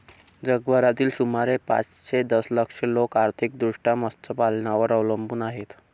जगभरातील सुमारे पाचशे दशलक्ष लोक आर्थिकदृष्ट्या मत्स्यपालनावर अवलंबून आहेत